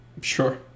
Sure